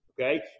Okay